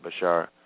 Bashar